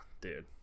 dude